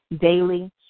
daily